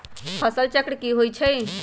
फसल चक्र की होई छै?